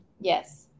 Yes